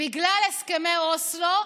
בגלל הסכמי אוסלו.